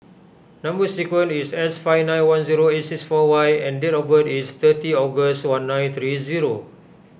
Number Sequence is S five nine one zero eight six four Y and date of birth is thirty August one nine three zero